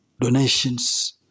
donations